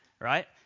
Right